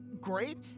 great